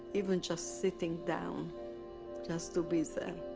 even just sitting down just to be there.